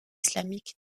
islamique